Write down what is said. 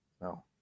no